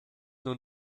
nun